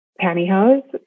pantyhose